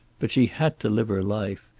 but she had to live her life,